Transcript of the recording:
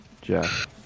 Jeff